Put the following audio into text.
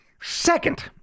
Second